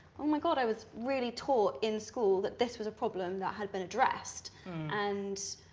oh my god i was really taught in school that this was a problem that had been addressed and